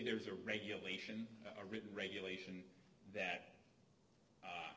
there's a regulation a written regulation that